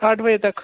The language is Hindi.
आठ बजे तक